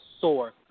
source